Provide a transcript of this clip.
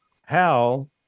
Hal